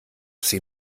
sie